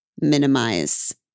minimize